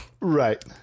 right